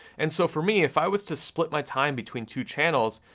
and so for me, if i was to split my time between two channels,